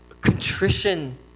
Contrition